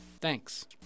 Thanks